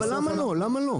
למה לא?